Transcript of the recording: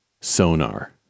sonar